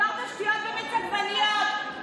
דיברת שטויות במיץ עגבניות.